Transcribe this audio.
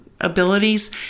abilities